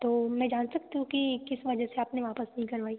तो मैं जान सकती हूँ कि किस वजह से आपने वापस नहीं करवाई